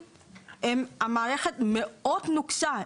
המערכת מאוד נוקשה,